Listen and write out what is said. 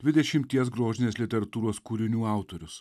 dvidešimties grožinės literatūros kūrinių autorius